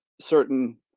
certain